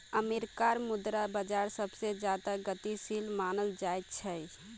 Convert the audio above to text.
अमरीकार मुद्रा बाजार सबसे ज्यादा गतिशील मनाल जा छे